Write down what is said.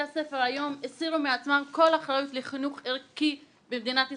הספר היום הסירו מעצמם כל אחריות לחינוך ערכי במדינת ישראל.